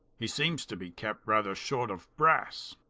he seems to be kep' rather short of brass.